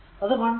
അത് 1